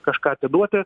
kažką atiduoti